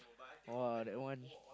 !wah! that one